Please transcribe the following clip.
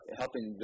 helping